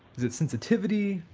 is it sensitivity?